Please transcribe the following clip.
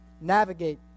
navigate